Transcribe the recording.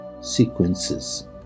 sequences